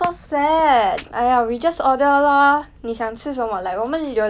你想吃什么 like 我们有两个人 mah so delivery fee 可以 split